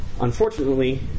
Unfortunately